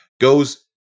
goes